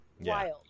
Wild